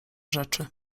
rzeczy